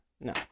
no